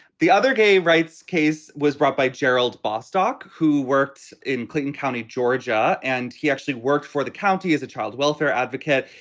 the other gay rights case was brought by gerald bostock, who works in clayton county, georgia. and he actually worked for the county as a child welfare advocate.